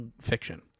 fiction